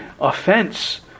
offense